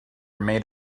maid